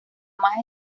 más